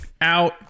out